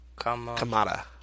Kamada